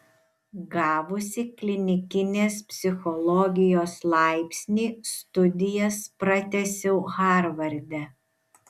gavusi klinikinės psichologijos laipsnį studijas pratęsiau harvarde